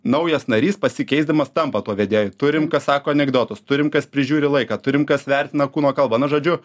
naujas narys pasikeisdamas tampa tuo vedėju turim kas sako anekdotus turim kas prižiūri laiką turim kas vertina kūno kalbą nu žodžiu